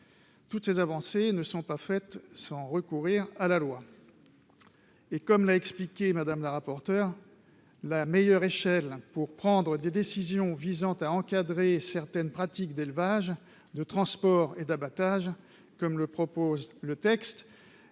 Toutes ces avancées se sont faites sans recourir à la loi. Néanmoins, comme l'a expliqué Mme la rapporteure, la meilleure échelle pour prendre des décisions destinées à encadrer certaines pratiques d'élevage, de transport et d'abattage, comme le propose le texte,